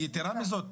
יתרה מזאת,